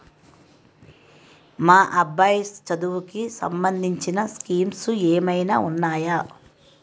మా అబ్బాయి చదువుకి సంబందించిన స్కీమ్స్ ఏమైనా ఉన్నాయా?